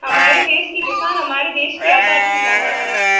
हमारे देश के किसान हमारे देश की आधारशिला है